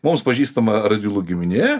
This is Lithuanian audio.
mums pažįstama radvilų giminė